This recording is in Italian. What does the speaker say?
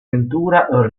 ventura